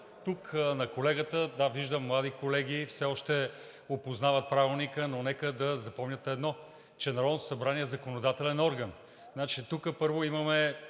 обръщам към Вас! Да, виждам млади колеги, все още опознават Правилника, но нека да запомнят едно, че Народното събрание е законодателен орган. Тук, първо, имаме